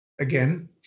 again